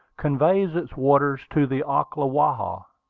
conveys its waters to the ocklawaha.